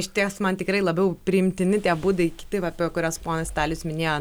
išties man tikrai labiau priimtini tie būdai kiti va apie kuriuos ponas vitalijus minėjo